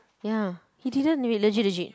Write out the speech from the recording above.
ya he didn't really legit legit